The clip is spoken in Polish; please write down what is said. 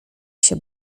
się